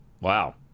Wow